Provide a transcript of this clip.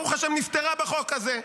ברוך השם, היא נפתרה בחוק הזה.